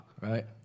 Right